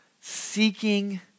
seeking